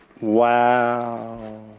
Wow